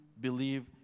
believe